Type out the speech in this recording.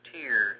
tears